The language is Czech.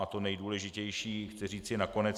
A to nejdůležitější chci říci nakonec.